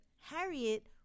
Harriet